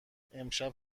امشب